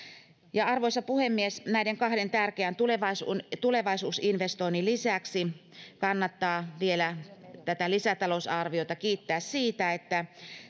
arvoisa puhemies näiden kahden tärkeän tulevaisuusinvestoinnin lisäksi kannattaa vielä tätä lisätalousarviota kiittää siitä että